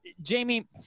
Jamie